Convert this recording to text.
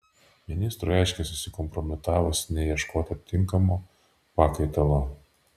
ministrui aiškiai susikompromitavus neieškota tinkamo pakaitalo